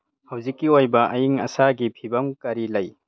ꯍꯧꯖꯤꯛꯀꯤ ꯑꯣꯏꯕ ꯑꯏꯪ ꯑꯁꯥꯒꯤ ꯐꯤꯕꯝ ꯀꯔꯤ ꯂꯩ